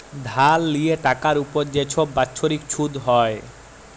ধার লিয়ে টাকার উপর যা ছব বাচ্ছরিক ছুধ হ্যয়